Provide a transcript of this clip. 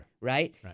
Right